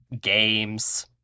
games